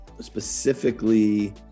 specifically